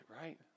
right